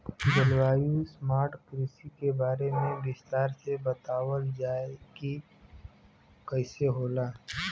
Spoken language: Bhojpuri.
जलवायु स्मार्ट कृषि के बारे में विस्तार से बतावल जाकि कइसे होला?